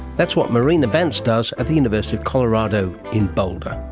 that's what marina vance does at the university of colorado in boulder.